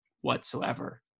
whatsoever